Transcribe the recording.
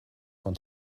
von